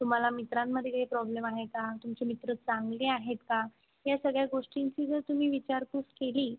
तुम्हाला मित्रांमध्ये काही प्रॉब्लेम आहे का तुमचे मित्र चांगले आहेत का या सगळ्या गोष्टींची जर तुम्ही विचारपूस केली